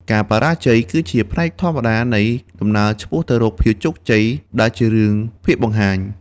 ការបរាជ័យ គឺជាផ្នែកធម្មតានៃដំណើរឆ្ពោះទៅរកភាពជោគជ័យដែលរឿងភាគបង្ហាញ។